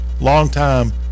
long-time